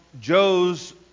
Joes